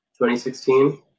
2016